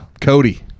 Cody